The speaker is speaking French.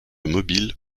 mobile